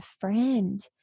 friend